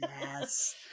Yes